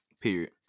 period